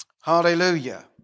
Hallelujah